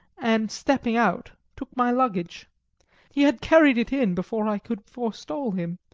and stepping out, took my luggage he had carried it in before i could forestall him.